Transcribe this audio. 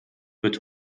wird